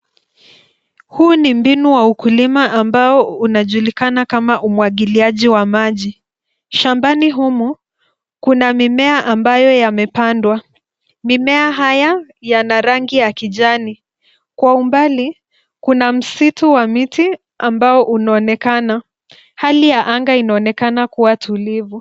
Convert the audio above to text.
Huu ni mbinu wa ukulima ambao unajulikana kama umwagiliaji wa maji. Shambani humu, kuna mimea ambayo yamepandwa. Mimea haya yana rangi ya kijani. Kwa umbali kuna msitu wa miti ambao unaonekana. Hali ya anga inaonekana kuwa tulivu.